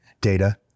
data